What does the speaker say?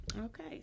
Okay